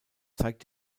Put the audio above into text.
zeigt